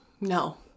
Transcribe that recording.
No